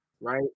right